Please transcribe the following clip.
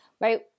right